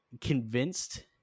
convinced